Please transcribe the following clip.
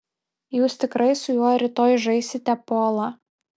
jūs tikrai su juo rytoj žaisite polą